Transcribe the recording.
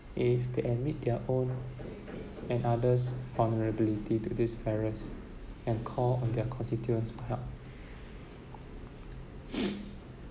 if they admit their own and others' vulnerability to this virus and call on their constituents for help